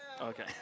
Okay